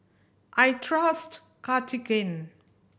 I trust Cartigain